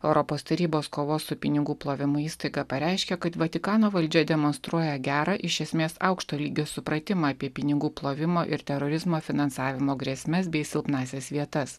europos tarybos kovos su pinigų plovimu įstaiga pareiškė kad vatikano valdžia demonstruoja gerą iš esmės aukšto lygio supratimą apie pinigų plovimo ir terorizmo finansavimo grėsmes bei silpnąsias vietas